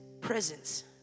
presence